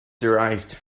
derived